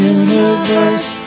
universe